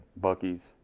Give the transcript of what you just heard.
Buckies